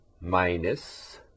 minus